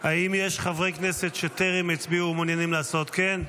האם יש חברי כנסת שטרם הצביעו ומעוניינים לעשות כן?